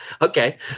Okay